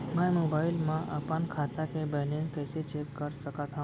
मैं मोबाइल मा अपन खाता के बैलेन्स कइसे चेक कर सकत हव?